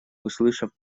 услышав